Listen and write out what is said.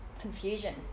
confusion